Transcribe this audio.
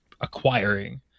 acquiring